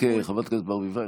חברת הכנסת ברביבאי,